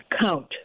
count